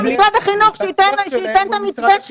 אבל איפה משרד החינוך שייתן את המתווה שלו?